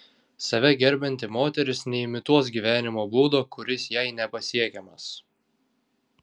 save gerbianti moteris neimituos gyvenimo būdo kuris jai nepasiekiamas